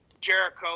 Jericho